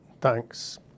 Thanks